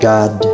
God